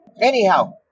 Anyhow